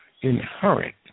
inherent